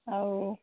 ଆଉ